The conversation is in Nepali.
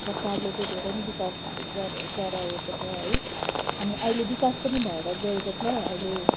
सरकारले चाहिँ धेरै नै विकास गर गराएको छ है अनि अहिले विकास पनि भएर गएको छ अहिले